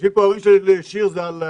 יושבים פה ההורים של שיר ז"ל.